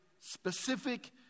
specific